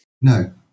No